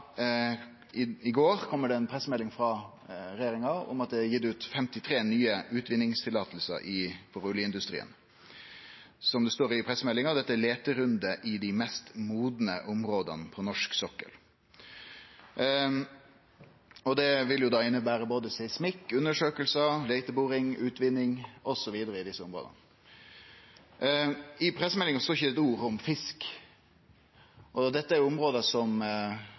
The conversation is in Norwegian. er gitt 53 nye utvinningsløyve til oljeindustrien. Som det står i pressemeldinga, er dette leiterundar i dei mest modne områda på norsk sokkel. Det vil innebere både seismikkundersøking, leiteboring, utvinning osv. i desse områda. I pressemeldinga står det ikkje eitt ord om fisk. Dette er område som